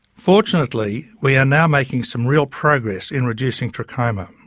fortunately we are now making some real progress in reducing trachoma.